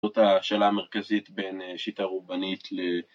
זאת השאלה המרכזית בין שיטה רובנית ל...